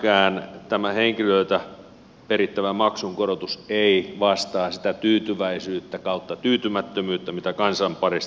mielestäni tämä henkilöiltä perittävä maksunkorotuskaan ei vastaa sitä tyytyväisyyttä tai tyytymättömyyttä mitä kansan parista kuulee